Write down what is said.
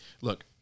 look